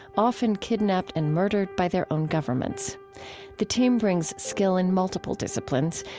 often kidnapped and murdered by their own governments the team brings skill in multiple disciplines,